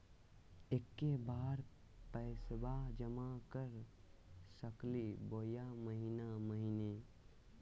एके बार पैस्बा जमा कर सकली बोया महीने महीने?